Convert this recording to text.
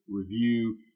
review